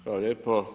Hvala lijepo.